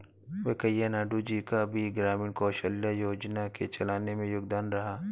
वैंकैया नायडू जी का भी ग्रामीण कौशल्या योजना को चलाने में योगदान रहा है